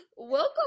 welcome